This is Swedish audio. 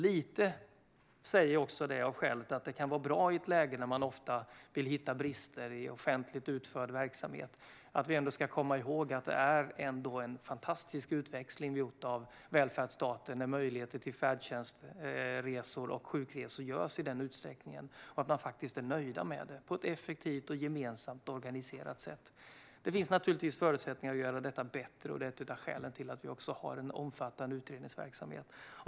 Jag säger det också lite grann för att vi i ett läge då man ofta vill hitta brister i offentligt utförd verksamhet ska komma ihåg att det ändå är en fantastisk utväxling från välfärdsstaten med möjligheter till färdtjänstresor och sjukresor som görs i denna utsträckning och att man faktiskt är nöjd med att detta görs på ett effektivt och gemensamt organiserat sätt. Det finns naturligtvis förutsättningar att göra detta bättre, och det är ett av skälen till att vi också har en omfattande utredningsverksamhet.